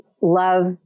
love